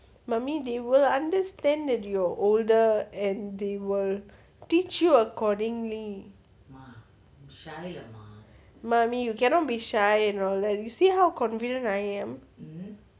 mummy they will understand that you're older and they will teach you accordingly mummy you cannot be shy and let you see how convenient I am